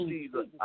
Jesus